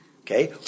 okay